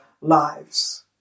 lives